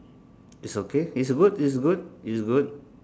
it's okay it's good it's good it's good